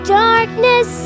darkness